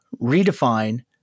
redefine